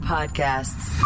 Podcasts